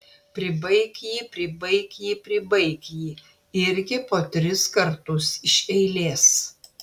pribaik jį pribaik jį pribaik jį irgi po tris kartus iš eilės